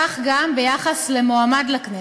כך גם ביחס למועמד לכנסת: